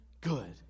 good